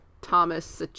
Thomas